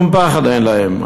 שום פחד אין להם.